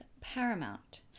paramount